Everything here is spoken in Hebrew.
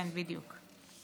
כן, בדיוק.